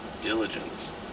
diligence